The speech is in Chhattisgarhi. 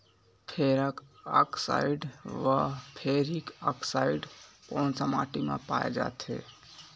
फेरस आकसाईड व फेरिक आकसाईड कोन सा माटी म पाय जाथे?